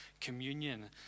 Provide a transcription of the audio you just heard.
communion